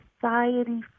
society